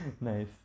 Nice